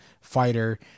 fighter